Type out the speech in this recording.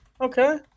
Okay